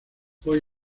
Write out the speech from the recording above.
hoy